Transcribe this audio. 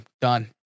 Done